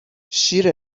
شیر